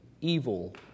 evil